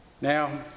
Now